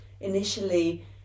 initially